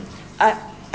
I